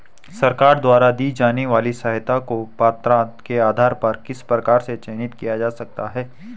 सरकार द्वारा दी जाने वाली सहायता को पात्रता के आधार पर किस प्रकार से चयनित किया जा सकता है?